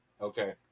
okay